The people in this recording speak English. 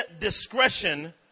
discretion